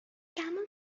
camel